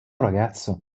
ragazzo